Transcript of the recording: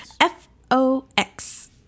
F-O-X